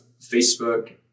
Facebook